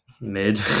mid